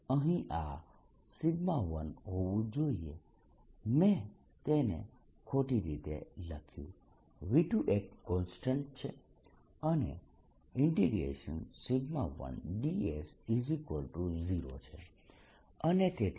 અહીં આ 1 હોવું જોઈએ મેં તેને ખોટી રીતે લખ્યું V2 એક કોન્સ્ટન્ટ છે અને 1ds0 છે અને તેથી મને આ 0 મળે છે